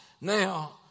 Now